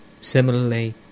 Similarly